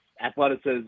athleticism